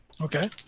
Okay